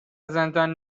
زندان